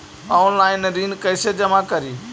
Online ऋण कैसे जमा करी?